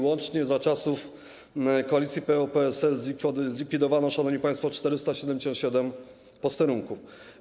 Łącznie za czasów koalicji PO-PSL zlikwidowano, szanowni państwo, 477 posterunków.